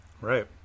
Right